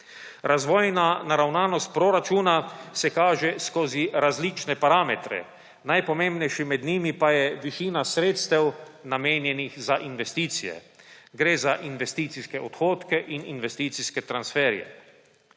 Razvojna naravnanost proračuna se kaže skozi različne parametre, najpomembnejši med njimi pa je višina sredstev, namenjenih za investicije. Gre za investicijske odhodke in investicijske transferje.